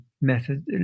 method